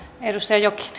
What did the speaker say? arvoisa